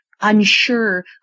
Unsure